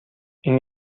این